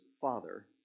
father